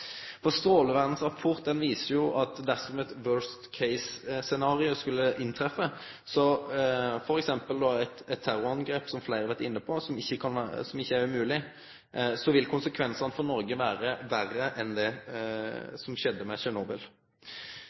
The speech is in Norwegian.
viser jo at dersom eit «worst case»-scenario skulle skje, f.eks. eit terrorangrep, som fleire har vore inne på – som ikkje er umogleg – vil konsekvensane for Noreg vere verre enn det som skjedde